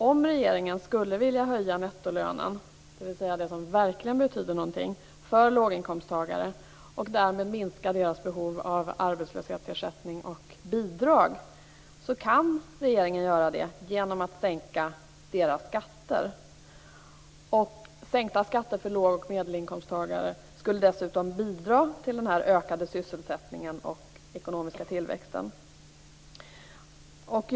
Om regeringen skulle vilja höja nettolönen, dvs. det som verkligen betyder någonting, för låginkomsttagare och därmed minska deras behov av arbetslöshetsersättning och bidrag, så kan regeringen göra det genom att sänka deras skatter. Sänkta skatter för låg och medelinkomsttagare skulle dessutom bidra till den ökade sysselsättningen och den ekonomiska tillväxten. Herr talman!